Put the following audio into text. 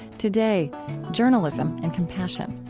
today journalism and compassion.